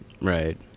Right